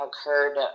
occurred